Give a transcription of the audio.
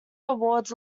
awards